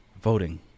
voting